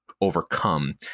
overcome